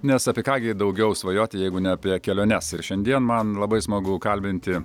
nes apie ką gi daugiau svajoti jeigu ne apie keliones ir šiandien man labai smagu kalbinti